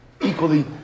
Equally